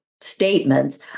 statements